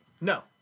No